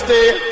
Stay